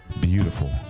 beautiful